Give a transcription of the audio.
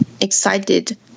excited